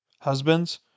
Husbands